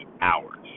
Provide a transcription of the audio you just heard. hours